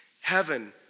Heaven